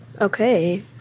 Okay